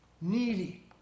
needy